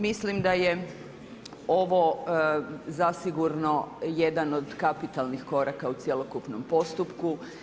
Mislim da je ovo zasigurno jedan od kapitalnih koraka u cjelokupnom postupku.